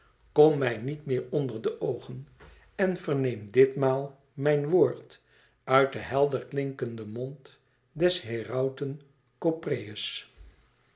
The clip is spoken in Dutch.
kom mij niet meer onder de oogen en verneem dit maal mijn woord uit den helder klinkenden mond des herauten kopreus